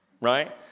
right